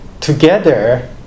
together